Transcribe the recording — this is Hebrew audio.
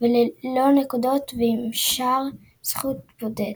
ללא נקודות ועם שער זכות בודד.